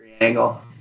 angle